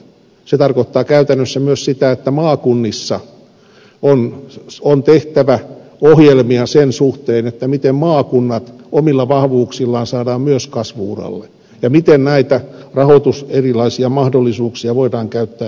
se tarkoittaa käytännössä myös sitä että maakunnissa on tehtävä ohjelmia sen suhteen miten maakunnat omilla vahvuuksillaan saadaan myös kasvu uralle ja miten näitä erilaisia rahoitusmahdollisuuksia voidaan käyttää hyväksi